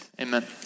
amen